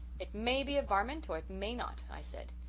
it may be a varmint or it may not i said,